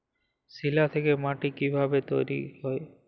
শিলা থেকে মাটি কিভাবে তৈরী হয়?